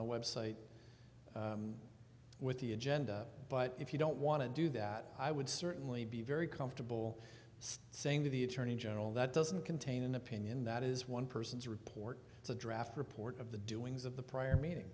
the website with the agenda but if you don't want to do that i would certainly be very comfortable saying to the attorney general that doesn't contain an opinion that is one person's report it's a draft report of the doings of the prior meaning